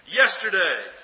yesterday